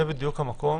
זה בדיוק המקום